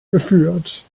geführt